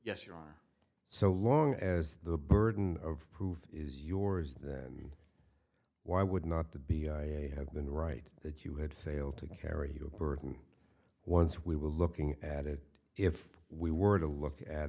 yes you are so long as the burden of proof is yours then why would not the b i have been right that you had failed to carry your burden once we were looking at it if we were to look at